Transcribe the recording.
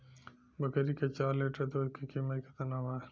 बकरी के चार लीटर दुध के किमत केतना बा?